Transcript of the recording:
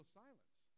silence